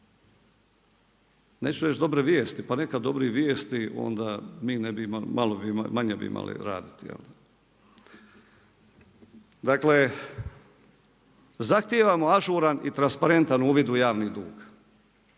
neću reći dobre vijesti, pa neka dobra vijesti, onda bi manje bi imali raditi, jel. Dakle, zahtijevamo ažuran i transparentan uvid u javni dug.